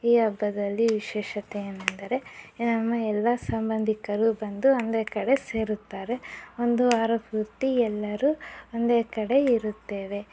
ಈ ಹಬ್ಬದಲ್ಲಿ ವಿಶೇಷತೆ ಏನಂದರೆ ನಮ್ಮ ಎಲ್ಲ ಸಂಬಂಧಿಕರು ಬಂದು ಒಂದೇ ಕಡೆ ಸೇರುತ್ತಾರೆ ಒಂದು ವಾರ ಪೂರ್ತಿ ಎಲ್ಲರೂ ಒಂದೇ ಕಡೆ ಇರುತ್ತೇವೆ